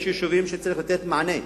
יש יישובים שצריך לתת מענה.